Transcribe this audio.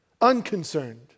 unconcerned